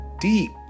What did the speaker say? deep